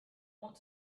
want